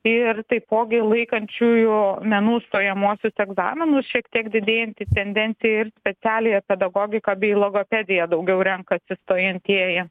ir taipogi laikančiųjų menų stojamuosius egzaminus šiek tiek didėjanti tendencija ir specialiąją pedagogiką bei logopediją daugiau renkasi stojantieji